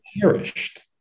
perished